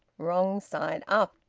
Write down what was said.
wrong side up,